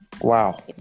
Wow